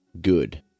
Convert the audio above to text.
good